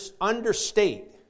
understate